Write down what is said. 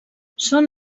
són